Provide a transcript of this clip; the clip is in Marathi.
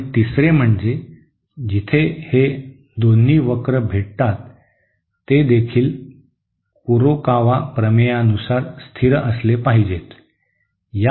आणि तिसरे म्हणजे जिथे हे दोन्ही वक्र भेटतात ते देखील कुरोकावा प्रमेयानुसार स्थिर असले पाहिजेत